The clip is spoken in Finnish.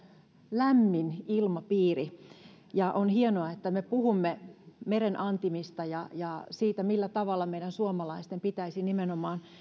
lämmin ilmapiiri on hienoa että me puhumme meren antimista ja ja siitä että meidän suomalaisten pitäisi nimenomaan